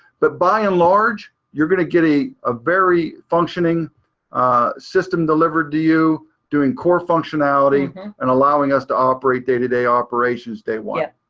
but by and large, you're going to get a ah very functioning system delivered to you, doing core functionality and allowing us to operate day to day operations day one.